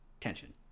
tension